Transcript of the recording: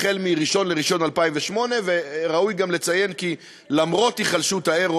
החל מ-1 בינואר 2008. ראוי גם לציין כי למרות היחלשות היורו